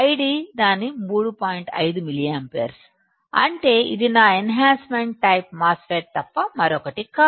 5 milliampere పై అంటే ఇది నా enhancement type MOSFET తప్ప మరొకటి కాదు